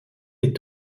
est